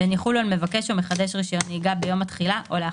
והן יחולו על כל מחדש רישיון נהיגה ביום התחילה או לאחריו."